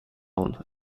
own